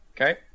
Okay